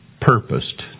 purposed